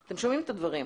אתם שומעים את הדברים.